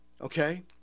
okay